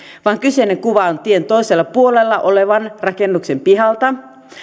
vaan kyseinen kuva on tien toisella puolella olevan rakennuksen pihalta